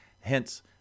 Hence